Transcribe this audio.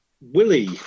Willie